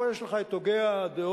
פה יש לך את הוגי הדעות,